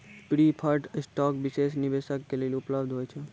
preferred stock विशेष निवेशक के लेली उपलब्ध होय छै